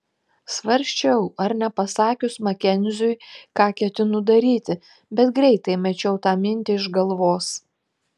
svarsčiau ar nepasakius makenziui ką ketinu daryti bet greitai mečiau tą mintį iš galvos